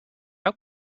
how